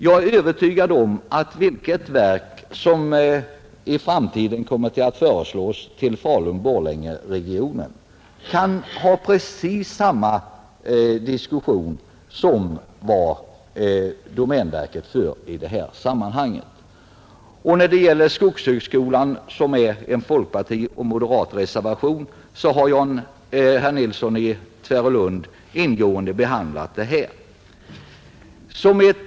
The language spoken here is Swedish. Jag är övertygad om att vilket verk som i framtiden än kommer att föreslås bli förlagt till Borlänge—Falun-regionen, så kan det föras precis samma diskussion som beträffande domänverket i det här fallet. När det gäller skogshögskolan har en reservation avgivits av folkpartister och moderater. Denna har ingående behandlats av herr Nilsson i Tvärålund.